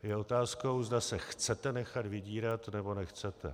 Je otázkou, zda se chcete nechat vydírat, nebo nechcete.